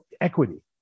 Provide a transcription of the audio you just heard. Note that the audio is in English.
equity